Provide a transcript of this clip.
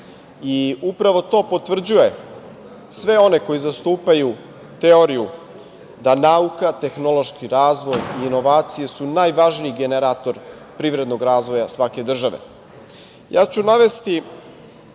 Upravo to potvrđuje sve one koji zastupaju teoriju da nauka, tehnološki razvoj i inovacije su najvažniji generator privrednog razvoja svake države. Navešću